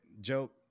joke